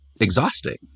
exhausting